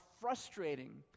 frustrating